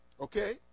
Okay